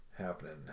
happening